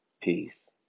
Peace